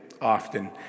often